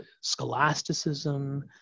scholasticism